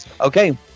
Okay